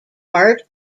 part